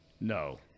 no